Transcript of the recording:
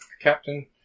captain